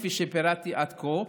כפי שפירטתי עד כה,